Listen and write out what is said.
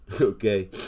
okay